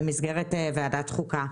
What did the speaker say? במסגרת ועדת חוקה.